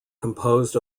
composed